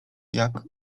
jak